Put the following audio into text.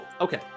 Okay